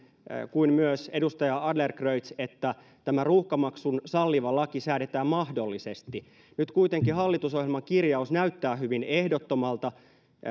kuin myös edustaja adlercreutz että tämä ruuhkamaksun salliva laki säädetään mahdollisesti nyt kuitenkin hallitusohjelman kirjaus näyttää hyvin ehdottomalta